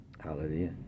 Hallelujah